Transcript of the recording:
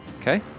Okay